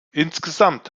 insgesamt